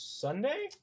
Sunday